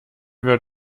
were